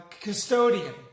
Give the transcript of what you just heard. custodian